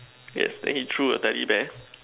yes then he threw the teddy bear